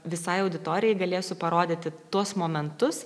visai auditorijai galėsiu parodyti tuos momentus